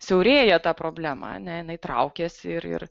siaurėja tą problema ne jinai traukiasi ir ir